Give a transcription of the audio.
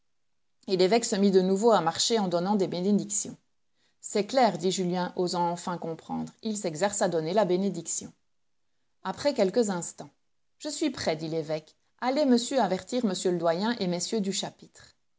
et l'évêque se mit de nouveau à marcher en donnant des bénédictions c'est clair dit julien osant enfin comprendre il s'exerce à donner la bénédiction après quelques instants je suis prêt dit l'évoque allez monsieur avertir m le doyen et messieurs du chapitre